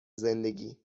زندگی